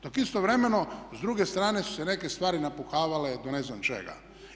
Dok istovremeno s druge strane su se neke stvari napuhavale do ne znam čega.